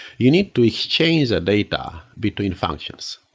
you need to exchange that data between functions,